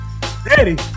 Daddy